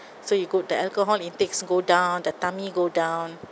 so it good the alcohol intakes go down the tummy go down